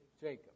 Jacob